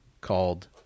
called